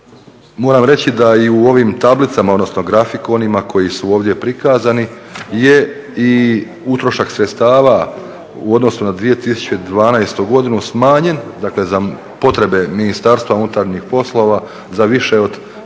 Moram reći da i u ovim tablicama, odnosno grafikonima koji su ovdje prikazani je i utrošak sredstava u odnosu na 2012. godinu smanjen, dakle za potrebe Ministarstva unutarnjih poslova za više od